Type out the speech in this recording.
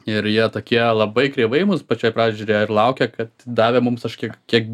ir jie tokie labai kreivai į mus pačioj pradžioj žiūrėjo ir laukė kad davė mums ažkiek kiek